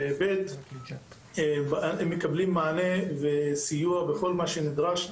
ב' הם מקבלים מענה וסיוע בכל מה שנדרש,